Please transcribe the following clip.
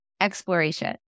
exploration